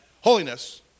holiness